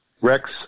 Rex